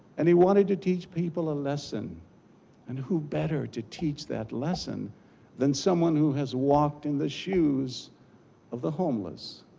and he wanted to teach people a lesson and who better to teach that lesson than someone who has walked in the shoes of the homeless.